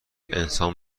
انسان